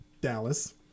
Dallas